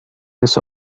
this